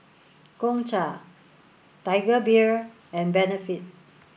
Gongcha Tiger Beer and Benefit